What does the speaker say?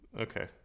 Okay